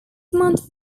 month